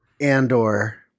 Andor